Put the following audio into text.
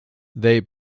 they